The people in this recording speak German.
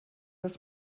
das